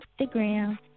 Instagram